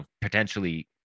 potentially